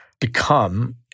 become